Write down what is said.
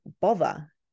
bother